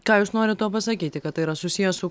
ką jūs norit tuo pasakyti kad tai yra susiję su